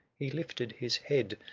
he lifted his head,